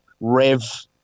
rev